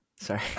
Sorry